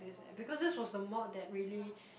this eh because this was the mod that really